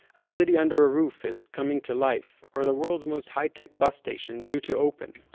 a city under a roof is coming to life, or the world's most high tech bus station due to open.